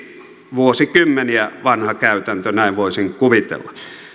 vuosikymmeniä vanha käytäntö näin voisin kuvitella